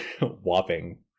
whopping